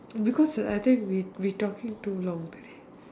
because I think we talking too long already